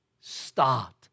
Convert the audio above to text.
start